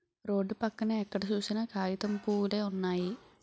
road పక్కన ఎక్కడ సూసినా కాగితం పూవులే వున్నయి